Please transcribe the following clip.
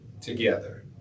together